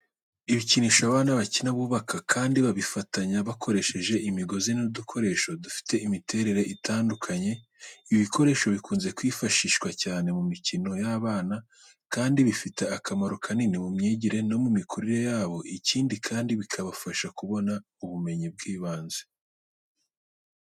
Ibikinisho abana bakina bubaka kandi babifatanya bakoresheje imigozi n'udukoresho dufite imiterere itandukanye. Ibi bikoresho bikunze kwifashishwa cyane mu mikino y’abana, kandi bifite akamaro kanini mu myigire no mu mikurire yabo, ikindi kandi bikabafasha kubona ubumenyi bw'ibanze.